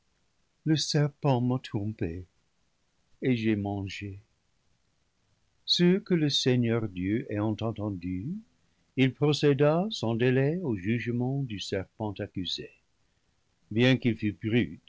le serpent m'a trompée et j'ai mangé ce que le seigneur dieu ayant entendu il procéda sans délai au jugement du serpent accusé bien qu'il fût